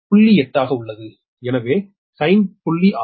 8 ஆக உள்ளது எனவே பாவம் sin ∅ 0